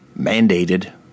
mandated